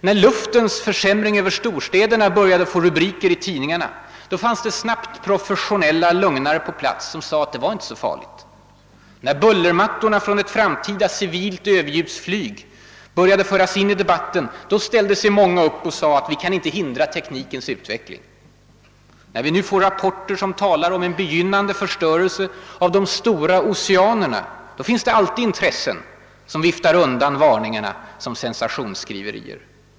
När luftens försämring över storstäderna började orsaka rubriker i tidningarna fanns det snabbt profes sionella lugnare på plats som sade att det inte var så farligt. När bullermattorna från ett framtida civilt överljudsflyg fördes in i debatten ställde sig många upp och sade att vi inte kan hindra teknikens utveckling. När vi nu får rapporter som talar om en begynnande förstörelse av de stora oceanerna finns det alltid intressen som viftar undan varningarna som sensationsskriverier.